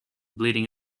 bleeding